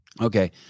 Okay